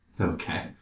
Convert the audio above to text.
Okay